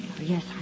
Yes